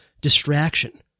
distraction